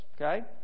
okay